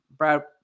Brad